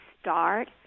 start